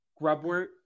Grubwort